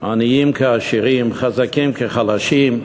עניים כעשירים, חזקים כחלשים,